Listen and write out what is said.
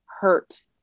hurt